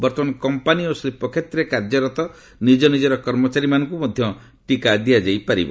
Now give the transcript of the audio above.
ବର୍ତ୍ତମାନ କମ୍ପାନୀ ଓ ଶିଳ୍ପ କ୍ଷେତ୍ରରେ କାର୍ଯ୍ୟରତ ନିଜ ନିଜର କର୍ମଚାରୀମାନଙ୍କୁ ମଧ୍ୟ ଟିକା ଦିଆଯାଇ ପାରିବ